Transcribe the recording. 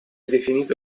definito